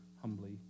humbly